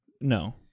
No